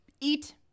Eat